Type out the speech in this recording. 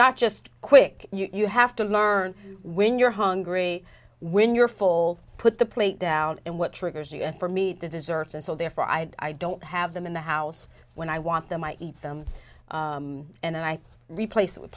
not just quick you have to learn when you're hungry when you're full put the plate down and what triggers you and for me to desserts and so therefore i don't have them in the house when i want them i eat them and i replace it with